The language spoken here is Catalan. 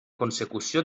consecució